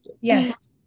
yes